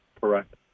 Correct